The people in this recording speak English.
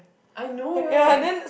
I know right